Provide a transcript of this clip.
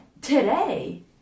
Today